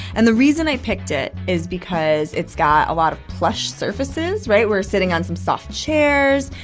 and the reason i picked it is because it's got a lot of plush surfaces, right? we're sitting on some soft chairs.